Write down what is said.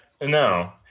No